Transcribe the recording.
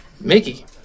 Mickey